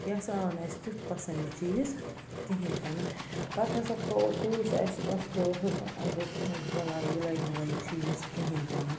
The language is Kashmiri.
یہِ سا آو نہٕ اَسہِ تیُتھ پسنٛد یہِ چیٖز کِہیٖنۍ تہِ نہٕ پتہٕ ہَسا تھوٚو تُل سُہ اَسہِ بَس تھوٚو ہُکُن اَسہِ دوٚپ ژٕنُس بَلاے یہِ لَگہِ نہٕ وۄنۍ چیٖز کِہیٖنی تہِ نہٕ